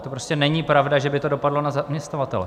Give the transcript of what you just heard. To prostě není pravda, že by to dopadlo na zaměstnavatele.